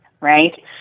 right